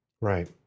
right